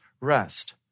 rest